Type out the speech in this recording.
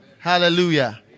Hallelujah